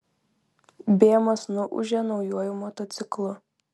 bėmas nuūžė naujuoju motociklu